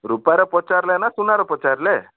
ରୂପାର ପଚାରିଲେ ନା ସୁନାର ପଚାରିଲେ